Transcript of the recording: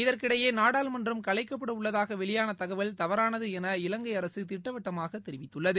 இதற்கிடையே நாடாளுமன்றம் கலைக்கப்பட உள்ளதாக வெளியான தகவல் தவறானது என இலங்கை அரசு திட்டவட்டமாக தெரிவித்துள்ளது